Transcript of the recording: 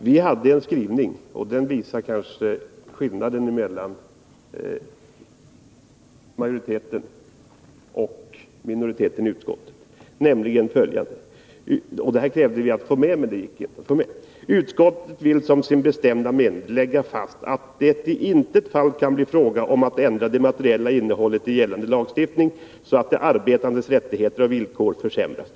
Vi krävde att få med följande skrivning — men det gick inte — som kanske Nr 34 visar skillnaden mellan majoritet och minoritet i utskottet: Utskottet vill som Onsdagen den sin bestämda mening lägga fast att det i intet fall kan bli fråga om att ändra det 26 november 1980 materiella innehållet i gällande lagstiftning, så att de arbetandes rättigheter och villkor försämras.